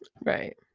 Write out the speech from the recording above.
Right